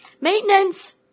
maintenance